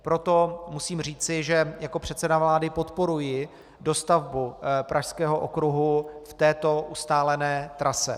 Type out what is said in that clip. Proto musím říci, že jako předseda vlády podporuji dostavbu Pražského okruhu v této ustálené trase.